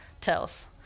tells